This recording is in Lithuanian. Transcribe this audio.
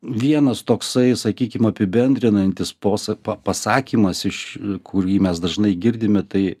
vienas toksai sakykim apibendrinantis posa pa pasakymas iš kurį mes dažnai girdime tai